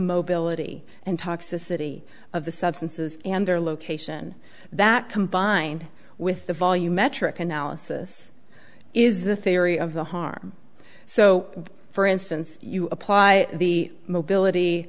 mobility and toxicity of the substances and their location that combined with the volume metric analysis is the theory of the harm so for instance you apply the mobility